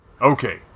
Okay